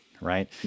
Right